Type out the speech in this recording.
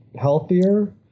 healthier